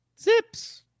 Zips